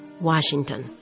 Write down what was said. Washington